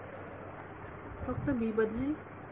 विद्यार्थी फक्त b बदलेल